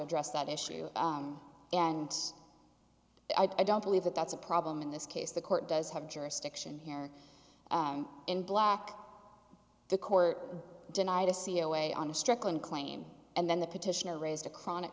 address that issue and i don't believe that that's a problem in this case the court does have jurisdiction here in black the court denied a c away on a strickland claim and then the petitioner raised a chronic